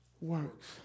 works